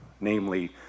namely